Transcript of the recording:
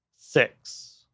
six